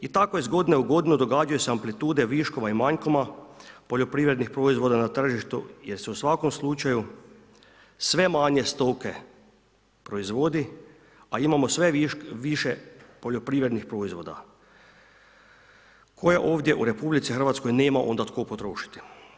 I tako iz godine u godinu događaju se amplitude viškova i manjkova poljoprivrednih proizvoda na tržištu jer se u svakom slučaju sve manje stoke proizvodi a imamo sve više poljoprivrednih proizvoda koje ovdje u RH nema onda tko potrošiti.